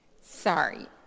Sorry